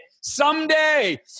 someday